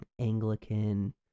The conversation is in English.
Anglican